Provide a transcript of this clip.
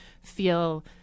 feel